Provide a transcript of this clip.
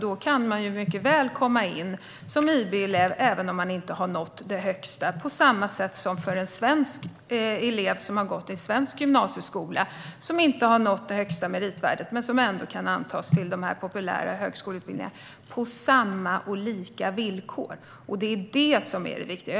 Då kan man mycket väl komma in som IB-elev även om man inte har nått det högsta meritvärdet, på samma sätt som en svensk elev som har gått i svensk gymnasieskola och som inte har nått det högsta meritvärdet ändå kan antas till dessa populära högskoleutbildningar på samma och lika villkor. Det är det som är det viktiga.